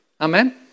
Amen